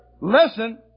listen